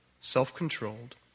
self-controlled